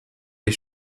les